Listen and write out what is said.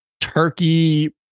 turkey